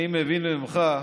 אני מבין ממך,